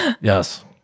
yes